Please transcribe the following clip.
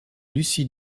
lucy